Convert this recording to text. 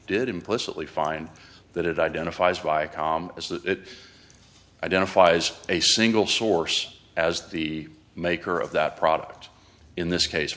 did implicitly find that it identifies viacom as that identifies a single source as the maker of that product in this case